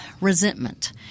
resentment